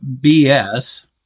BS